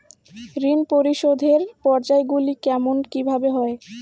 ঋণ পরিশোধের পর্যায়গুলি কেমন কিভাবে হয়?